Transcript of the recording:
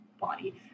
body